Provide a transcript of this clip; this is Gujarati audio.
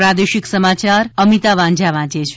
પ્રાદેશિક સમાચાર અમિતા વાંઝા વાંચે છે